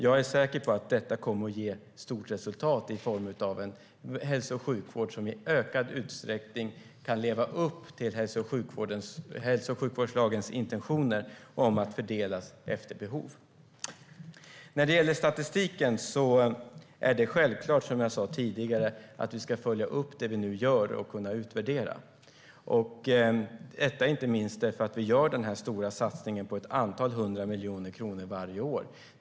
Jag är säker på att detta kommer att ge stort resultat i form av en hälso och sjukvård som i ökad utsträckning kan leva upp till hälso och sjukvårdslagens intentioner att resurser ska fördelas efter behov. När det gäller statistiken är det som jag sa tidigare självklart att vi ska följa upp det vi nu gör och kunna utvärdera - detta inte minst därför att vi gör denna stora satsning om ett antal hundra miljoner kronor varje år.